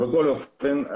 בכל אופן,